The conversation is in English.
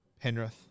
Penrith